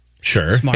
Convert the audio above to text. Sure